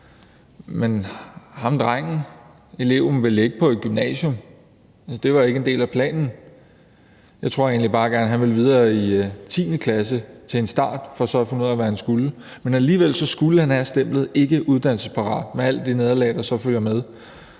Men drengen ville ikke på et gymnasium – det var ikke en del af planen. Jeg tror egentlig bare, at han gerne ville videre i 10. klasse til en start for så at finde ud af, hvad han skulle, men alligevel skulle han altså have stemplet ikkeuddannelsesparat med alle de nederlag, der så følger med.